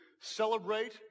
celebrate